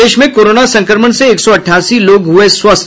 प्रदेश में कोरोना संक्रमण से एक सौ अठासी लोग हुए स्वस्थ